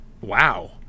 Wow